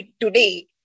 today